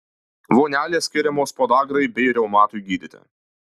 vonelės skiriamos podagrai bei reumatui gydyti